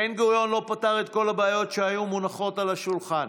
בן-גוריון לא פתר את כל הבעיות שהיו מונחות על השולחן.